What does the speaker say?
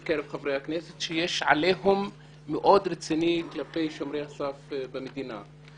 שיש עליהום מאוד רציני כלפי שומרי הסף במדינה,